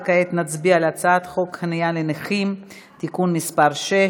וכעת נצביע על הצעת חוק חניה לנכים (תיקון מס' 6)